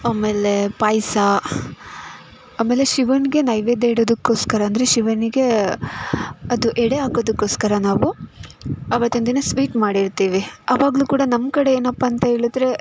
ಆಮೇಲೆ ಪಾಯಸ ಆಮೇಲೆ ಶಿವನಿಗೆ ನೈವೇದ್ಯ ಇಡೋದಕೋಸ್ಕರ ಅಂದರೆ ಶಿವನಿಗೆ ಅದು ಎಡೆ ಹಾಕೋದಕೋಸ್ಕರ ನಾವು ಅವತ್ತಿನ ದಿನ ಸ್ವೀಟ್ ಮಾಡಿರ್ತೀವಿ ಅವಾಗಲೂ ಕೂಡ ನಮ್ಮ ಕಡೆ ಏನಪ್ಪ ಅಂತ ಹೇಳಿದ್ರೆ